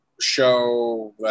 show